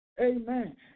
Amen